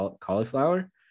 cauliflower